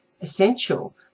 essential